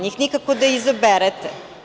Njih nikako da izaberete.